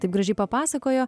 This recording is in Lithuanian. taip gražiai papasakojo